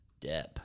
Depp